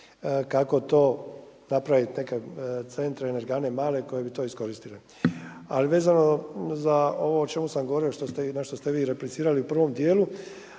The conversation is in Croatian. kako napraviti neke centre, energane male koje bi to iskoristile. Ali vezano za ovo o čemu sam govorio na što ste vi replicirali u prvom dijelu,